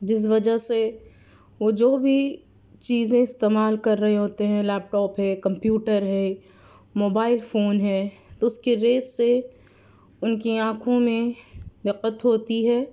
جس وجہ سے وہ جو بھی چیزیں استعمال کر رہے ہوتے ہیں لیپ ٹاپ ہے کمپیوٹر ہے موبائل فون ہے تو اس کے ریس سے ان کی آںکھوں میں دقت ہوتی ہے